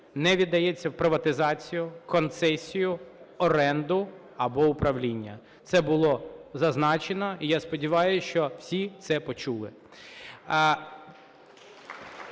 не віддається в приватизацію, концесію, оренду або управління. Це було зазначено, і я сподіваюся, що всі це почули.